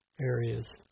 areas